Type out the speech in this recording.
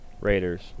Raiders